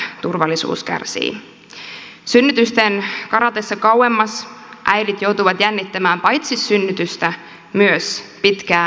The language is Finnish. synnytysten karatessa kauemmas äidit joutuvat jännittämään paitsi synnytystä myös pitkää matkaa sairaalaan